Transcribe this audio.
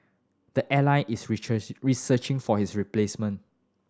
the airline is researching for his replacement